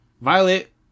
Violet